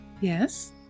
Yes